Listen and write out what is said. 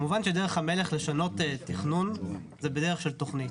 כמובן שדרך המלך לשנות תכנון היא בדרך של תוכנית.